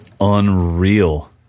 unreal